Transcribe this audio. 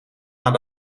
aan